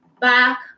back